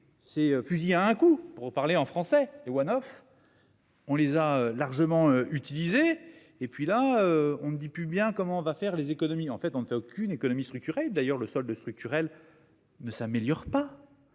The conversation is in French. C'est fusil à un coup pour parler en français et One of. On les a largement utilisé. Et puis là, on ne dit plus bien comment on va faire les économies en fait ont aucune économie structurée d'ailleurs le solde structurel ne s'améliore pas.